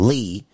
Lee